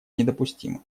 недопустимы